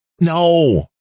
No